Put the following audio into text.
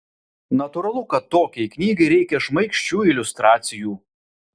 natūralu kad tokiai knygai reikia šmaikščių iliustracijų